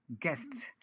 guests